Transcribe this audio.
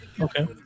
Okay